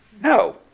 no